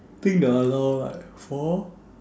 think they allow like four